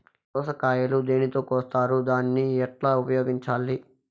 దోస కాయలు దేనితో కోస్తారు దాన్ని ఎట్లా ఉపయోగించాలి?